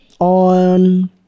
on